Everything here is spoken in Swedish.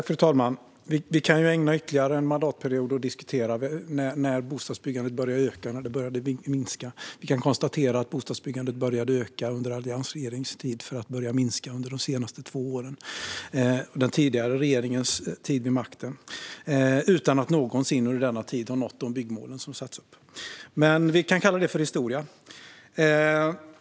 Fru talman! Vi kan ägna ytterligare en mandatperiod åt att diskutera när bostadsbyggandet började öka och när det började minska. Vi kan konstatera att bostadsbyggandet började öka under alliansregeringens tid för att sedan börja minska under de senaste två åren, under den tidigare regeringens tid vid makten, då man inte någon gång nådde de byggmål som satts upp. Men vi kan kalla detta historia.